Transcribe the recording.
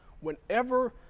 whenever